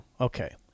Okay